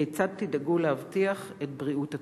כיצד תדאגו להבטיח את בריאות התושבים?